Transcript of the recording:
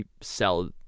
sell